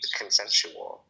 consensual